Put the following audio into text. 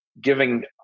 giving